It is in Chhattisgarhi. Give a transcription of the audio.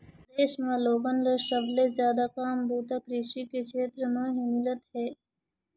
देश म लोगन ल सबले जादा काम बूता कृषि के छेत्र म ही मिलत हे